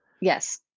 Yes